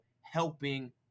helping